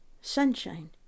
sunshine